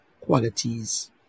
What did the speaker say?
qualities